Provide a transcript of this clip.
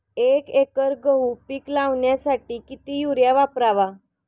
एक एकर गहू पीक लावण्यासाठी किती युरिया वापरावा?